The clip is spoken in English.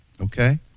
Okay